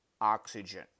oxygen